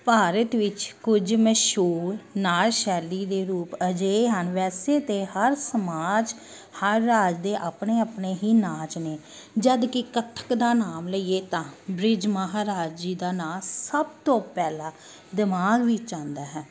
ਭਾਰਤ ਵਿੱਚ ਕੁਝ ਮਸ਼ਹੂਰ ਨਾਚ ਸ਼ੈਲੀ ਦੇ ਰੂਪ ਅਜਿਹੇ ਹਨ ਵੈਸੇ ਤਾਂ ਹਰ ਸਮਾਜ ਹਰ ਰਾਜ ਦੇ ਆਪਣੇ ਆਪਣੇ ਹੀ ਨਾਚ ਨੇ ਜਦ ਕਿ ਕੱਥਕ ਦਾ ਨਾਮ ਲਈਏ ਤਾਂ ਬ੍ਰਿਜ ਮਹਾਰਾਜ ਜੀ ਦਾ ਨਾਂ ਸਭ ਤੋਂ ਪਹਿਲਾਂ ਦਿਮਾਗ ਵਿੱਚ ਆਉਂਦਾ ਹੈ